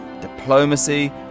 diplomacy